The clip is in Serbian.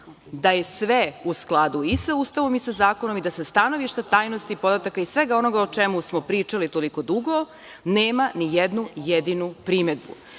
da je sve u skladu i sa Ustavom i sa zakonom i da sa stanovišta tajnosti podataka i svega onoga o čemu smo pričali toliko dugo, nema ni jednu jedinu primedbu. Prema